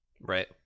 Right